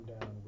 down